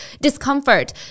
discomfort